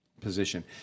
position